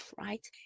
right